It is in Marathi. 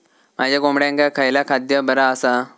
माझ्या कोंबड्यांका खयला खाद्य बरा आसा?